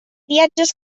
viatges